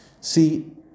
See